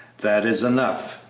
that is enough!